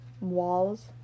walls